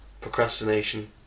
Procrastination